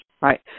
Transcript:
right